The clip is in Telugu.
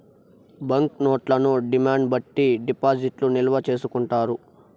బాంక్ నోట్లను డిమాండ్ బట్టి డిపాజిట్లు నిల్వ చేసుకుంటారు